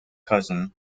cousin